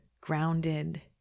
Grounded